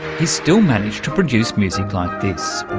he still managed to produce music like this,